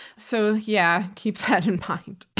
so yeah, keep that in mind.